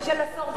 כסף,